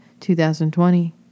2020